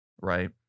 Right